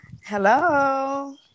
hello